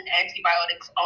antibiotics